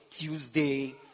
Tuesday